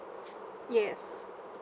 yes